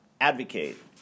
advocate